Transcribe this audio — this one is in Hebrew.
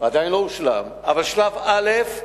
עדיין לא הושלם, אבל שלב א',